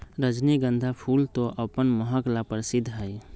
रजनीगंधा फूल तो अपन महक ला प्रसिद्ध हई